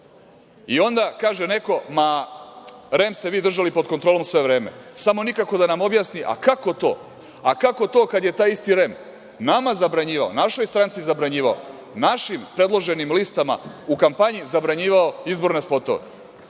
nije. Onda kaže neko – REM ste vi držali pod kontrolom sve vreme, ali samo nikako da nam objasni kako to, kako to kad je taj isti REM nama zabranjivao, našoj stranci zabranjivao, našim predloženim listama u kampanji zabranjivao izborne spotove,